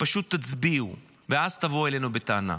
פשוט תצביעו ואז תבואו אלינו בטענה.